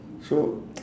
so